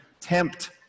tempt